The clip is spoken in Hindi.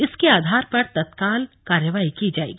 इसके आधार पर तत्काल कार्रवाई की जाएगी